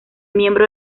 miembro